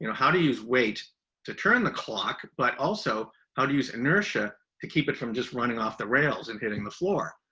you know how to use weight to turn the clock, but also how do you use inertia to keep it from just running off the rails and hitting the floor?